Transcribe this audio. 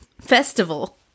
festival